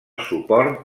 suport